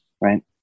right